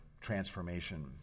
transformation